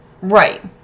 Right